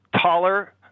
taller